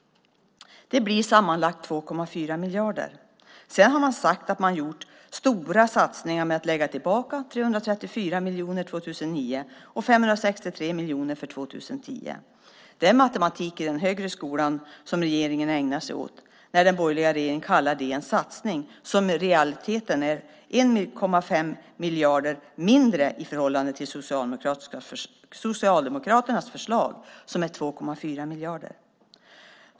Det blir sammanlagt 2,4 miljarder. Sedan har man sagt att man har gjort stora satsningar genom att lägga tillbaka 334 miljoner 2009 och 563 miljoner 2010. Det är matematik i den högre skolan som den borgerliga regeringen ägnar sig åt när man kallar det en satsning som i realiteten är 1,5 miljarder mindre i förhållande till Socialdemokraternas förslag som är 2,4 miljarder.